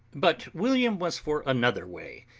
but william was for another way,